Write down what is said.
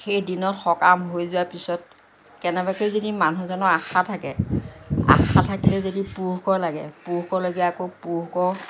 সেই দিনত সকাম হৈ যোৱাৰ পিছত কেনেবাকৈ যদি মানুহজনৰ আশা থাকে আশা থাকিলে যদি পুহকৰ লাগে পুহকৰ লাগি আকৌ পুহকৰ